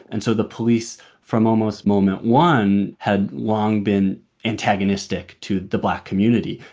and so the police, from almost moment one, had long been antagonistic to the black community.